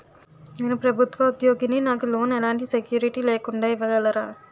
నేను ప్రభుత్వ ఉద్యోగిని, నాకు లోన్ ఎలాంటి సెక్యూరిటీ లేకుండా ఇవ్వగలరా?